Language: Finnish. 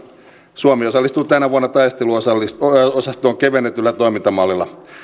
suomi osallistuu tänä vuonna taisteluosastoon kevennetyllä toimintamallilla